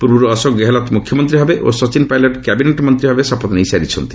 ପୂର୍ବରୁ ଅଶୋକ ଗେହଲତ ମୁଖ୍ୟମନ୍ତ୍ରୀ ଭାବେ ଓ ସଚିନ ପାଇଲଟ କ୍ୟାବିନେଟ୍ ମନ୍ତ୍ରୀ ଭାବେ ଶପଥ ନେଇ ସାରିଛନ୍ତି